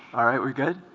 alright we're good